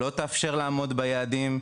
לא תאפשר לעמוד ביעדים,